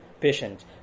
patient